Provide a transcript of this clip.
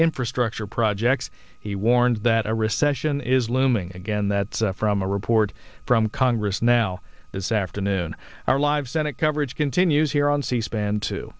infrastructure projects he warned that a recession is looming again that's from a report from congress now as afternoon our live senate coverage continues here on c span t